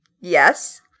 yes